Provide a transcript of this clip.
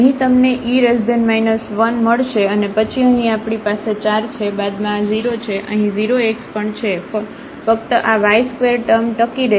તો અહીં તમને e 1 મળશે અને પછી અહીં આપણી પાસે 4 છે બાદમાં આ 0 છે અહીં 0 x પણ છે ફક્ત આ y2 ટર્મ ટકી રહેશે